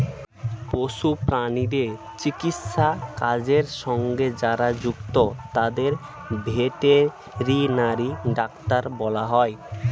পশু প্রাণীদের চিকিৎসার কাজের সঙ্গে যারা যুক্ত তাদের ভেটেরিনারি ডাক্তার বলা হয়